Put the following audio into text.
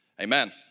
Amen